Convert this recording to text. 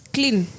Clean